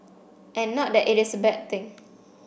and not that it is a bad thing